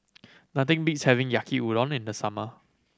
nothing beats having Yaki Udon in the summer